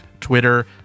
Twitter